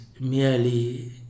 merely